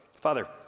father